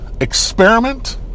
Experiment